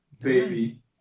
baby